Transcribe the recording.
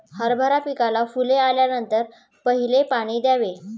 हरभरा पिकाला फुले आल्यानंतर पहिले पाणी द्यावे